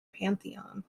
pantheon